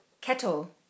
Kettle